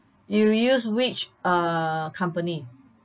you use which uh company